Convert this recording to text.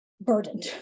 burdened